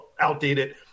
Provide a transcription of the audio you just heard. outdated